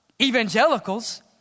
evangelicals